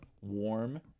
warm